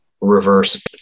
reverse